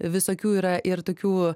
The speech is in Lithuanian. visokių yra ir tokių